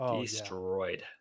Destroyed